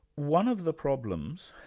one of the problems,